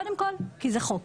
קודם כל בגלל שזה חוק,